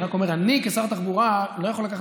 אני רק אומר: אני כשר תחבורה לא יכול לקחת